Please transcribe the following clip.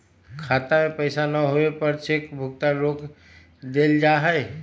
खाता में पैसा न होवे पर चेक भुगतान रोक देयल जा हई